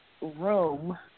room